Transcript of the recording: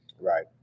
Right